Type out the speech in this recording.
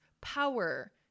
power